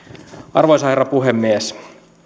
arvoisa herra puhemies